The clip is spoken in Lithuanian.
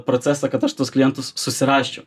procesą kad aš tuos klientus susirasčiau